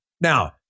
Now